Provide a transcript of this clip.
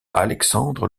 alexandre